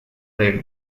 del